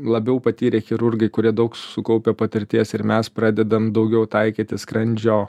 labiau patyrę chirurgai kurie daug sukaupę patirties ir mes pradedam daugiau taikyti skrandžio